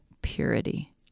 Purity